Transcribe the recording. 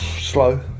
Slow